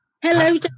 Hello